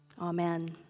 Amen